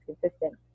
consistent